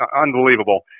unbelievable